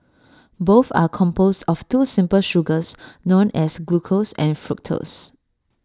both are composed of two simple sugars known as glucose and fructose